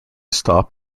stop